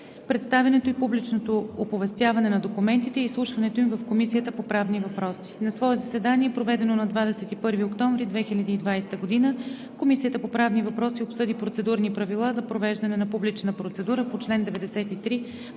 представянето и публичното оповестяване на документите и изслушването им в Комисията по правни въпроси На свое заседание, проведено на 21 октомври 2020 г., Комисията по правни въпроси обсъди Процедурни правила за провеждане на публична процедура по чл. 93